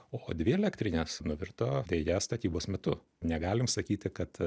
o dvi elektrinės nuvirto deja statybos metu negalim sakyti kad